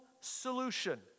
solution